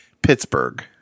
pittsburgh